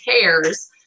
cares